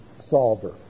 solver